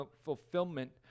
fulfillment